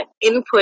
input